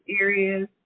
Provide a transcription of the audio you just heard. areas